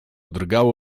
drgało